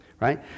right